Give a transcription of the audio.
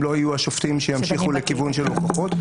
לא יהיו השופטים שימשיכו לכיוון של הוכחות.